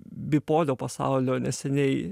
bipolio pasaulio neseniai